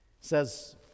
says